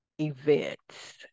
events